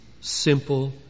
simple